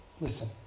Listen